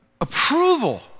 approval